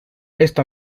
esta